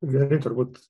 vieni turbūt